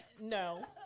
No